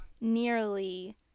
nearly